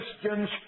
Christian's